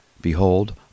Behold